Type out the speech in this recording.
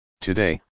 Today